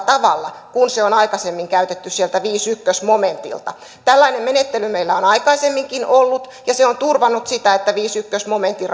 tavalla kuin se on aikaisemmin käytetty sieltä viidenneltäkymmenenneltäensimmäiseltä momentilta tällainen menettely meillä on aikaisemminkin ollut ja se on turvannut sitä että viidennenkymmenennenensimmäisen momentin